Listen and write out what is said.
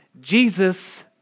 Jesus